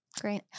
great